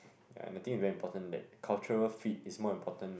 and the thing is very important that cultural feed is more important